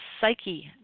psyche